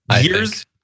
Years